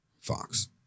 Fox